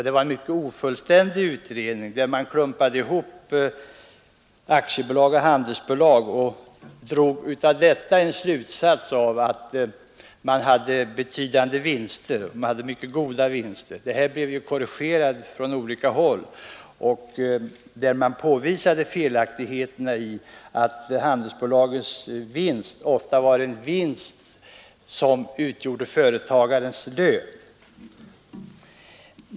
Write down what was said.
Det var en mycket ofullständig utredning, där man klumpade ihop aktiebolag och handelsbolag och drog slutsatsen att de hade mycket goda vinster. Det resultatet blev korrigerat från olika håll, och det påvisades bl.a. att handelsbolagens vinster utgjorde företagarnas löner.